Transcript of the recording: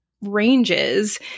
ranges